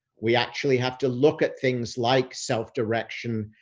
we actually have to look at things like self-direction,